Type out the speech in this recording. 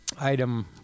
item